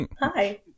hi